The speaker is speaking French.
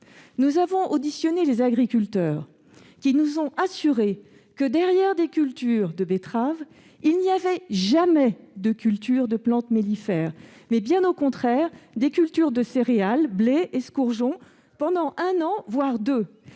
Lors de leur audition, les agriculteurs nous ont assuré que derrière des cultures de betteraves il n'y avait jamais de cultures de plantes mellifères, mais des cultures de céréales, de blé et d'escourgeon pendant un, voire deux